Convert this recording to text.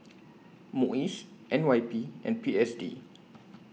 Muis N Y P and P S D